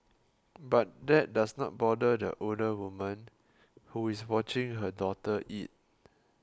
but that does not bother the older woman who is watching her daughter eat